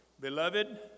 Beloved